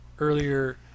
Earlier